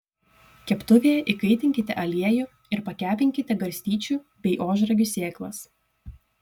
keptuvėje įkaitinkite aliejų ir pakepinkite garstyčių bei ožragių sėklas